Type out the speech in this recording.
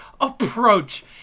approach